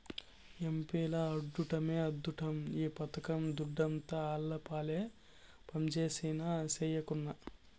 ఎంపీల అద్దుట్టమే అద్దుట్టం ఈ పథకం దుడ్డంతా ఆళ్లపాలే పంజేసినా, సెయ్యకున్నా